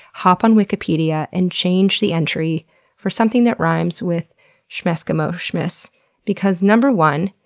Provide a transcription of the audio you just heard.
hop on wikipedia and change the entry for something that rhymes with schmeskimo schmiss because, number one,